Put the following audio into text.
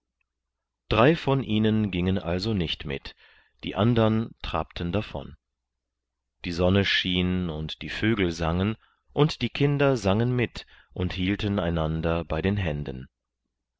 drei von ihnen gingen also nicht mit die andern trabten davon die sonne schien und die vögel sangen und die kinder sangen mit und hielten einander bei den händen